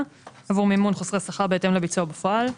עבור מימון חוסרי שכר בהתאם לביצוע בפועל.